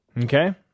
okay